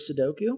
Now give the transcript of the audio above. Sudoku